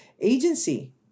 agency